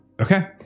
Okay